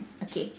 okay